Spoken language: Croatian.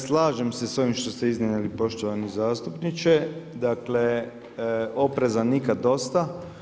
Slažem se s ovim što ste iznijeli poštovani zastupniče, dakle, opreza nikad dosta.